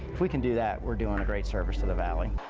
we can do that we're doing a great service to the valley.